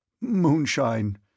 Moonshine